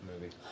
movie